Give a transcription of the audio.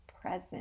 present